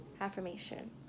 affirmation